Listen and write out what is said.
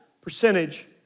percentage